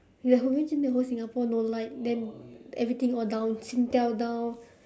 you imagine the whole singapore no light then everything all down singtel down